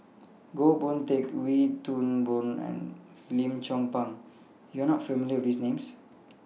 Goh Boon Teck Wee Toon Boon and Lim Chong Pang YOU Are not familiar with These Names